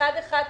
אחד-אחד,